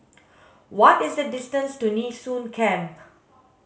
what is the distance to Nee Soon Camp